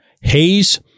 Hayes